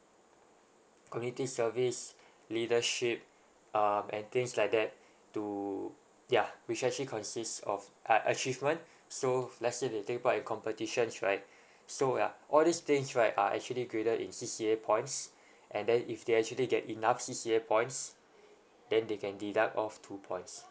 community service leadership um and things like that to yeah which actually consists of uh achievement so let's say they they won in competitions right so ya all these things right are actually graded in C_C_A points and then if they actually get enough since C_C_A points then they can deduct off two points